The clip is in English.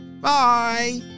Bye